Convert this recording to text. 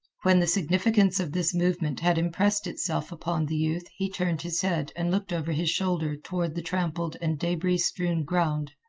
when the significance of this movement had impressed itself upon the youth he turned his head and looked over his shoulder toward the trampled and debris-strewed ground.